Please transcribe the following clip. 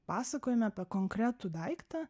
pasakojime apie konkretų daiktą